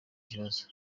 kibazo